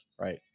right